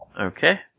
Okay